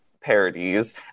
parodies